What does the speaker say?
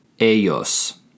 ellos